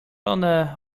one